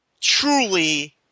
truly